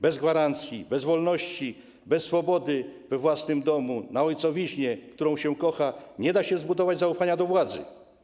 Bez gwarancji, bez wolności, bez swobody we własnym domu, na ojcowiźnie, którą się kocha, nie da się zbudować zaufania do władzy.